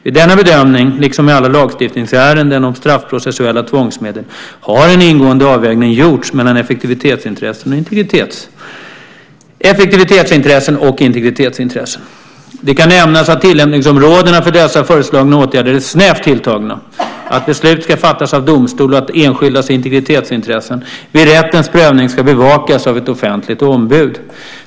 Vid denna bedömning, liksom i alla lagstiftningsärenden om straffprocessuella tvångsmedel, har en ingående avvägning gjorts mellan effektivitetsintressen och integritetsintressen. Det kan nämnas att tillämpningsområdena för dessa föreslagna åtgärder är snävt tilltagna, att beslut ska fattas av domstol och att enskildas integritetsintressen vid rättens prövning ska bevakas av ett offentligt ombud.